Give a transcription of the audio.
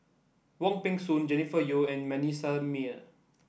Wong Peng Soon Jennifer Yeo and Manasseh Meyer